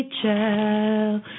child